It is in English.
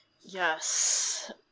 Yes